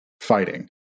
fighting